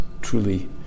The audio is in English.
truly